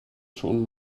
schon